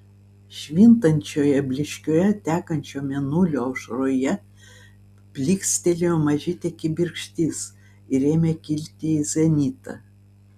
švintančioje blyškioje tekančio mėnulio aušroje plykstelėjo mažytė kibirkštis ir ėmė kilti į zenitą